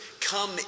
come